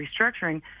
restructuring